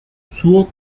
zur